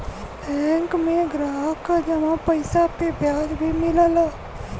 bank में ग्राहक क जमा पइसा पे ब्याज भी मिलला